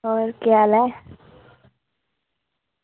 और केह् हाल ऐ